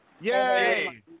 Yay